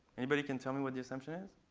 anybody can tell me what the assumption is?